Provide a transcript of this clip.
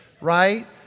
right